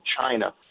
China